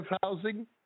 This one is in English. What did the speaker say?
housing